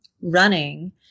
running